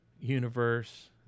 universe